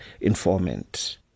informant